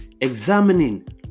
examining